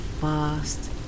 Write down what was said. fast